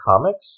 comics